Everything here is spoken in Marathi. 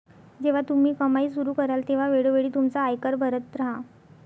जेव्हा तुम्ही कमाई सुरू कराल तेव्हा वेळोवेळी तुमचा आयकर भरत राहा